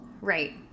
Right